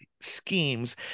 schemes